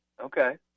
Okay